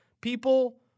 People